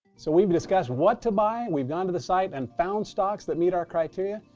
so we've discussed what to buy. we've gone to the site and found stocks that meet our criteria.